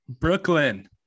Brooklyn